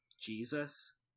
Jesus